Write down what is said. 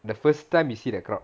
the first time you see the crowd